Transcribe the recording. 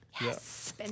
Yes